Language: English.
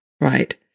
Right